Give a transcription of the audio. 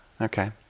Okay